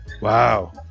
Wow